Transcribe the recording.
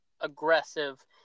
aggressive